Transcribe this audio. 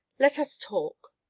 let us talk.